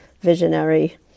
visionary